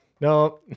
No